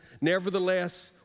Nevertheless